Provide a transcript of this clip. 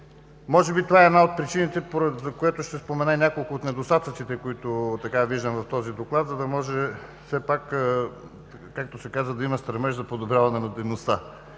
Може би това е една от причините, поради която ще спомена и няколко от недостатъците, които виждам в този доклад, за да може все пак, както се казва да има стремеж за подобряване на дейността.